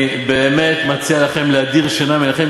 אני באמת מציע לכם להדיר שינה מעיניכם,